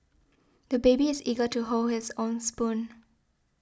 the baby is eager to hold his own spoon